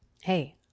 Hey